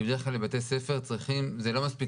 כי בדרך כלל בבתי ספר זה לא מספיק